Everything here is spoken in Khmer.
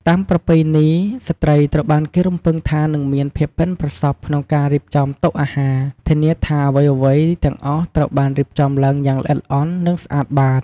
តាមប្រពៃណី ស្ត្រីត្រូវបានគេរំពឹងថានឹងមានភាពប៉ិនប្រសប់ក្នុងការរៀបចំតុអាហារ ធានាថាអ្វីៗទាំងអស់ត្រូវបានរៀបចំឡើងយ៉ាងល្អិតល្អន់ និងស្អាតបាត។